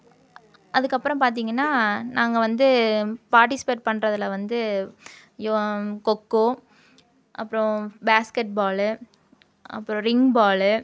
அதுக்கப்றோம் பார்த்திங்கனா நாங்கள் வந்து பார்டிஸ்பேட் பண்றதில் வந்து கொக்கோ அப்புறோம் பேஸ்க்கெட் பால் அப்புறோம் ரிங் பால்